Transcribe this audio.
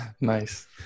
Nice